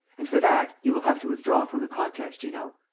and, for that, you will have to withdraw from the contest, you know.